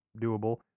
doable